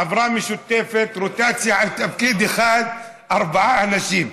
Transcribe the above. עברה המשותפת רוטציה ועל תפקיד אחד ארבעה אנשים,